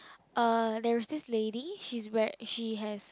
uh there is this lady she's wear she has